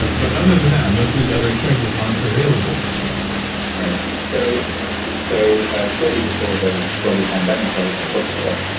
ah but other than that, most of these other experiences aren't available to us right now right, so so shortly before the global pandemic, i was on a book tour.